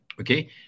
Okay